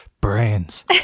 brains